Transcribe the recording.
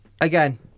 Again